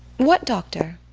what doctor?